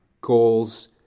goals